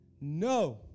no